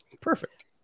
Perfect